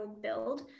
build